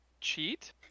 cheat